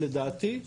שלדעתי,